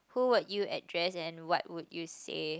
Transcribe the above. who will you address and what would you say